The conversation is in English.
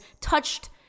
touched